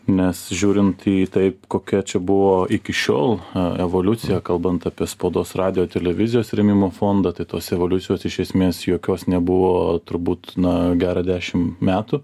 nes žiūrint į tai kokia čia buvo iki šiol evoliucija kalbant apie spaudos radijo televizijos rėmimo fondą tai tos evoliucijos iš esmės jokios nebuvo turbūt na gerą dešim metų